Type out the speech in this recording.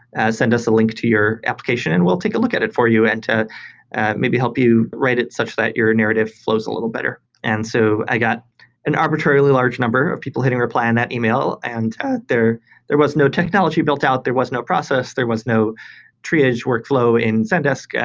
send us a link to your application and we'll take a look at it for you and and maybe help you write it such that your narrative lows a little better. and so i got an arbitrarily large number of people hitting reply on that email and ah there there was no technology built out. there was no process. there was no triage workflow in zendesk.